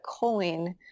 choline